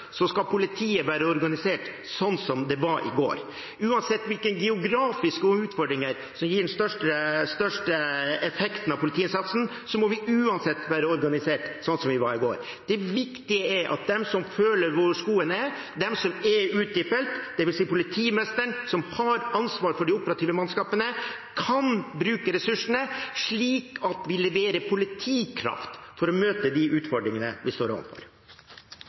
skal politiet være organisert slik som det var i går, uansett hvilke geografiske områder som får den største effekten av politiinnsatsen, må vi være organisert slik som vi var i går. Det viktige er at de som kjenner hvor skoen trykker, de som er ute i felt, dvs. politimesteren – som har ansvaret for de operative mannskapene – kan bruke ressursene slik at vi leverer politikraft for å møte de utfordringene vi står